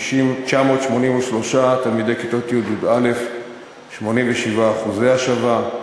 ול-82,983 תלמידי כיתות י' י"א, 87% השבה.